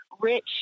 rich